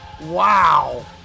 Wow